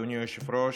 אדוני היושב-ראש,